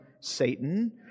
Satan